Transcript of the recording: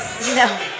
No